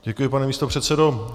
Děkuji, pane místopředsedo.